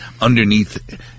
underneath